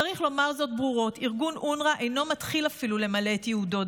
צריך לומר זאת ברורות: ארגון אונר"א אינו מתחיל אפילו למלא את ייעודו,